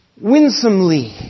winsomely